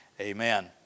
Amen